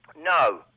No